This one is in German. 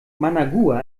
managua